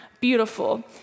beautiful